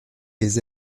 les